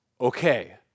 Okay